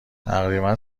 تقریبا